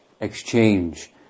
exchange